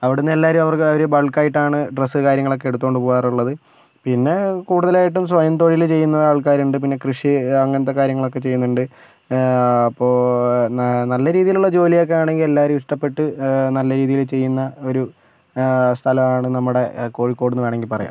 അവിടെന്നെല്ലാരും അവര് ബൾക്കായിട്ടാണ് ഡ്രസ്സും കാര്യങ്ങളൊക്കെ എടുത്തുകൊണ്ട് പോകാറുള്ളത് പിന്നെ കുടുതലായിട്ടും സ്വയംതൊഴിൽ ചെയ്യുന്ന ആൾക്കാരുണ്ട് പിന്നെ കൃഷി അങ്ങനെത്തെ കാര്യങ്ങൾ ചെയ്യുന്നുണ്ട് അപ്പോൾ നല്ല രീതിയിലുള്ള ജോലിയൊക്കെയാണെങ്കിൽ എല്ലാവരും ഇഷ്ട്ടപ്പെട്ട് നല്ല രീതിയിൽ ചെയ്യുന്ന ഒരു സ്ഥലമാണ് നമ്മുടെ കോഴിക്കോട് എന്നുവേണമെങ്കിൽ പറയാം